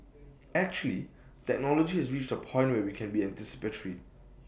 actually technology has reached A point where we can be anticipatory